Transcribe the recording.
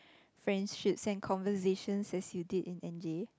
friendships and conversations as you did in N_J